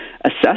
assess